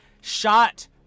shot